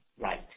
right